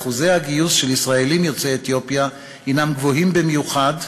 שאחוזי הגיוס של ישראלים יוצאי אתיופיה הם גבוהים במיוחד.